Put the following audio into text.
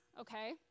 okay